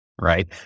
Right